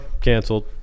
Canceled